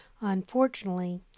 Unfortunately